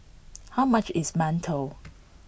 how much is Mantou